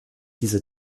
diese